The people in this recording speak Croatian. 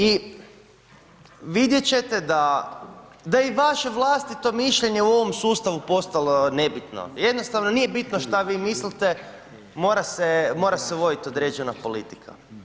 I vidjet ćete da, da je i vaše vlastito mišljenje u ovom sustavu postalo nebitno, jednostavno, nije bitno šta vi mislite, mora se vodit određena politika.